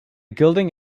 guiding